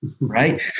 right